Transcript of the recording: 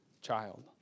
child